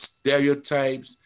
stereotypes